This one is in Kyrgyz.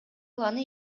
планы